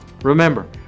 Remember